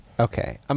Okay